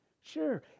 sure